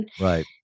Right